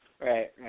right